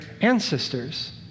ancestors